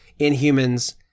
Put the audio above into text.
Inhumans